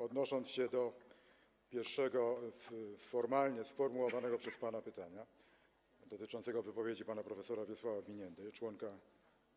Odnosząc się do pierwszego formalnie sformułowanego przez pana pytania dotyczącego wypowiedzi pana prof. Wiesława Biniendy, członka